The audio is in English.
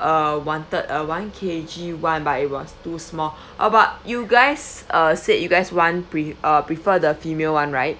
uh wanted uh one K_G one but it was too small about you guys uh said you guys one pre uh prefer the female one right